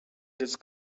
this